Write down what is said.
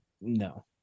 no